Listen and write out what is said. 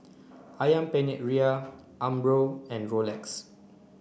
Ayam Penyet Ria Umbro and Rolex